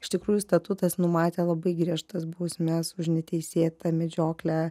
iš tikrųjų statutas numatė labai griežtas bausmes už neteisėtą medžioklę